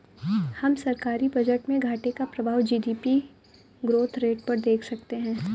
हम सरकारी बजट में घाटे का प्रभाव जी.डी.पी ग्रोथ रेट पर देख सकते हैं